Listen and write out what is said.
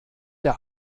der